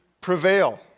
prevail